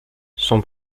son